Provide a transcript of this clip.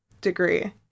degree